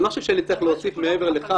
אני לא חושב שאני צריך להוסיף מעבר לכך